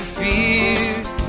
fears